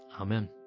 Amen